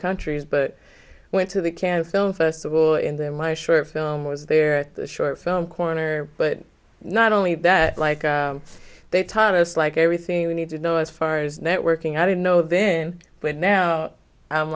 countries but went to the cannes film festival in there my short film was their short film corner but not only that like they taught us like everything we need to know as far as networking i didn't know then but now i'm